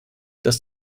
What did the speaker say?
dass